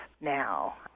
now